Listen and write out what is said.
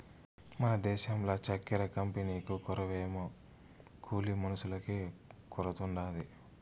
మన దేశంల చక్కెర కంపెనీకు కొరవేమో కూలి మనుషులకే కొరతుండాది